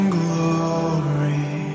glory